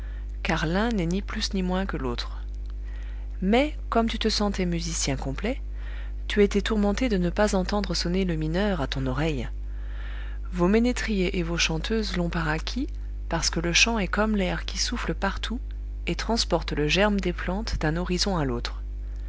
car l'un n'est ni plus ni moins que l'autre mais comme tu te sentais musicien complet tu étais tourmenté de ne pas entendre sonner le mineur à ton oreille vos ménétriers et vos chanteuses l'ont par acquit parce que le chant est comme l'air qui souffle partout et transporte le germe des plantes d'un horizon à l'autre